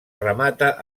remata